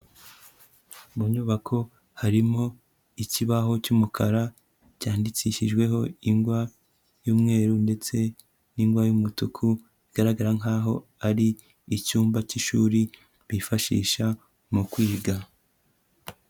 Mu nyubako harimo ikibaho cy'umukara cyandikishijweho ingwa y'umweru ndetse n'ingwa y'umutuku, bigaragara nk'aho ari icyumba k'ishuri bifashisha mu kwiga.